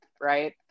right